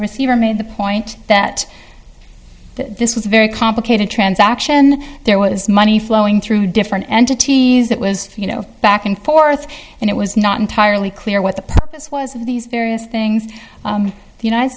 receiver made the point that this was a very complicated transaction there was money flowing through different entities that was you know back and forth and it was not entirely clear what the purpose was of these various things the united